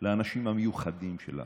האנשים המיוחדים שלנו,